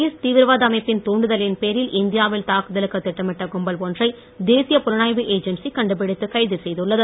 S தீவிரவாத அமைப்பின் தூண்டுதலின் பேரில் இந்தியாவில் தாக்குதலுக்கு திட்டமிட்ட கும்பல் ஒன்றை தேசிய புலனாய்வு ஏஜென்சி கண்டுபிடித்து கைது செய்துள்ளது